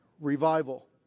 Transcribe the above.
revival